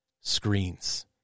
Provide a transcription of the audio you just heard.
screens